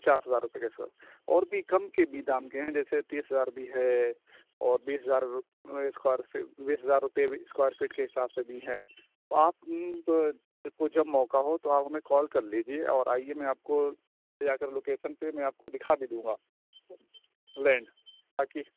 پچاس ہزار روپے کا اسکوائر اور بھی کم کے بھی دام کے ہیں جیسے تیس ہزار بھی ہے اور بیس ہزار روپے میں اسکوائر فٹ بیس ہزار روپے بھی اسکوائر فٹ کے حساب سے بھی ہیں آپ کو جب موقع ہو تو آپ ہمیں کال کر لیجیے اور آئیے میں آپ کو لے جا کر لوکیشن پے میں آپ دکھا بھی دوں گا لینڈ تاکہ